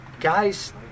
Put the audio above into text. Guys